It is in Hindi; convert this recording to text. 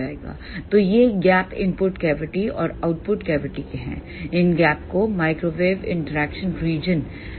तो ये गैपइनपुट कैविटी और आउटपुट कैविटी के हैं इन गैप को माइक्रोवेव इंटरैक्शन रीजन REGION कहा जाता है